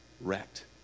wrecked